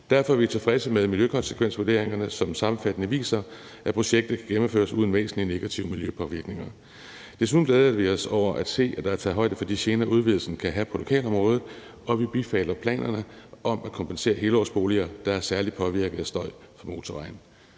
Derfor er vi tilfredse med miljøkonsekvensvurderingerne, som sammenfattende viser, at projektet kan gennemføres uden væsentlige negative miljøpåvirkninger. Desuden glæder vi os over at se, at der er taget højde for de gener, udvidelsen kan medføre for lokalområdet, og vi bifalder planerne om at kompensere ejere af helårsboliger, der er særlig påvirket af støj fra motorvejen.